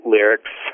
Lyrics